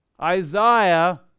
isaiah